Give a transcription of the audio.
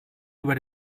über